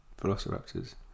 Velociraptors